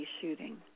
shooting